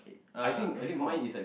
uh before